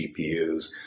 GPUs